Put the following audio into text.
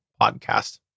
podcast